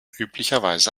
üblicherweise